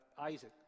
Isaac